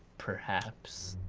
perhaps.